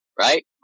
right